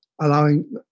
allowing